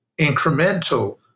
incremental